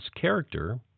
character